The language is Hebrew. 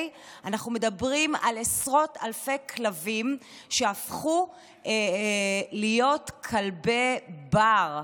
אנחנו מדברים על עשרות אלפי כלבים שהפכו להיות כלבי בר.